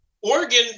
Oregon –